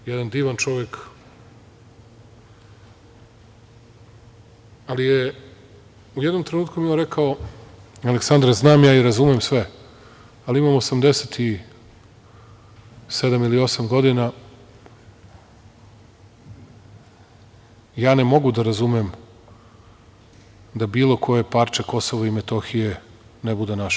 Jedan divan čovek, ali mi je u jednom trenutku rekao – Aleksandre, znam ja i razumem sve ali, imam 87 ili 88 godina, ja ne mogu da razumem da bilo koje parče Kosova i Metohije ne bude naše.